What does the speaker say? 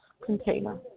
container